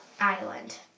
Island